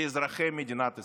לאזרחי מדינת ישראל.